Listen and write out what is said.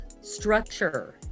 structure